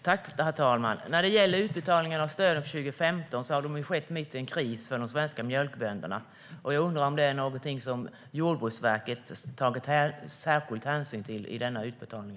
Herr talman! Utbetalningarna av stöden för 2015 skedde mitt i en kris för de svenska mjölkbönderna. Jag undrar om det är något som Jordbruksverket tagit särskild hänsyn till vid denna utbetalning.